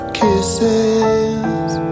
kisses